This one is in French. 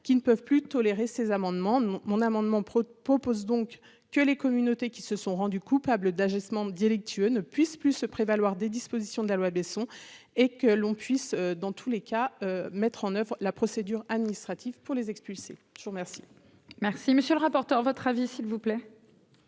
qui ne peuvent plus tolérer ces amendements mon amendement propose donc que les communautés qui se sont rendus coupables d'agissements direct UE ne puisse plus se prévaloir des dispositions de la loi Besson et que l'on puisse, dans tous les cas, mettre en oeuvre la procédure administrative pour les expulser, je vous remercie. Merci, monsieur le rapporteur, votre avis s'il vous plaît.